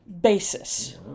basis